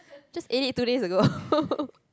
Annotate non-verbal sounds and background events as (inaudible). just ate it two days ago (laughs)